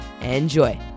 Enjoy